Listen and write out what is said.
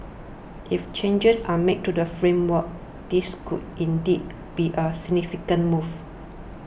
if changes are made to the framework this could indeed be a significant move